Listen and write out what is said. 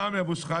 סמי אבו שחאדה,